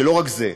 ולא רק זה,